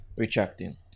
retracting